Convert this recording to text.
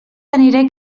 aniré